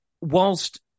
whilst